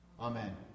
Amen